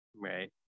Right